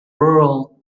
rural